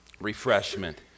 refreshment